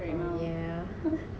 oh yeah